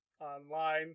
online